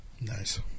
Nice